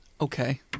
Okay